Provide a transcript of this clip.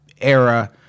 era